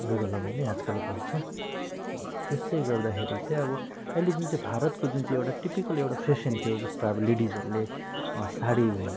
लुगा लगाउने आजकल गर्छ त्यसले गर्दाखेरि चाहिँ अब अहिले जुन चाहिँ भारतको जुन चाहिँ एउटा टिपिकल एउटा फेसन त्यो जस्तो अब लेडिजहरूले साडी